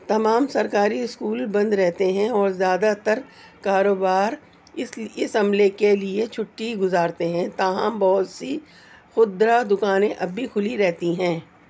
تمام سرکاری اسکول بند رہتے ہیں اور زیادہ تر کاروبار اس لی عملے کے لیے چھٹی گزارتے ہیں تاہم بہت سی خودرہ دکانیں ابھی کھلی رہتی ہیں